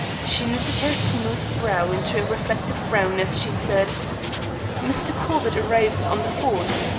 she knitted her smooth brow into a reflective frown as she said mr. corbett arrives on the fourth.